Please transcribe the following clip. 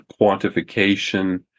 quantification